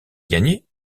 gagné